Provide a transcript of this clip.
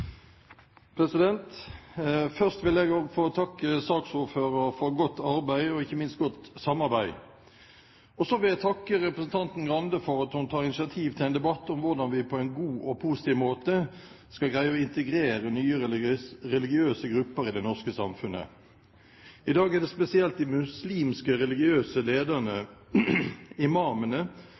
Grande for at hun tar initiativ til en debatt om hvordan vi på en god og positiv måte skal greie å integrere nye religiøse grupper i det norske samfunnet. I dag er det spesielt de muslimske religiøse lederne, imamene,